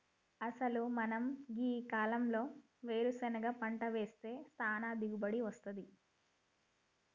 అసలు మనం గీ కాలంలో వేరుసెనగ పంట వేస్తే సానా దిగుబడి అస్తుంది